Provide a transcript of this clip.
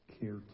care